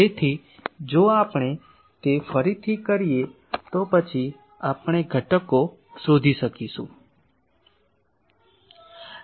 તેથી જો આપણે તે ફરીથી કરીએ તો પછી આપણે ઘટકો શોધી શકીશું